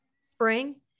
Spring